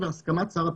והסכמת שר הפנים.